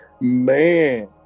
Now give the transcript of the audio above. Man